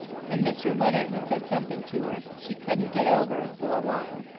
and mr. leonard had said something to her she couldn't get over for a while.